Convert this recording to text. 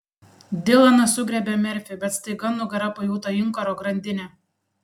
dilanas sugriebė merfį bet staiga nugara pajuto inkaro grandinę